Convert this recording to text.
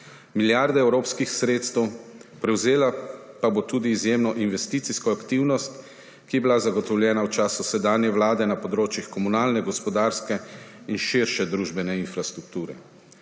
milijarde evropskih sredstev, prevzela pa bo tudi izjemno investicijsko aktivnost, ki je bila zagotovljena v času sedanje vlade na področju komunalne, gospodarske in širše družbene infrastrukture.